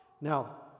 Now